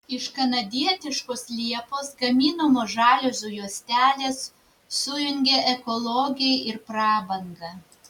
iš kanadietiškos liepos gaminamos žaliuzių juostelės sujungia ekologiją ir prabangą